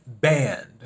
Banned